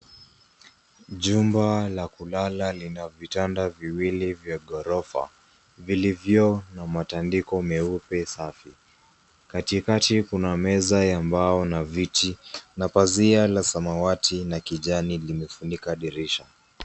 Jumba la kulala lina vitanda viwili vya gorofa vilivyo na matandiko meupe safi. Katikati kuna meza ya mbao na viti na pazia la samawati na kijani limefunika dirisha.